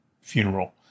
funeral